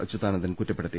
അച്യുതാനന്ദൻ കുറ്റപ്പെടു ത്തി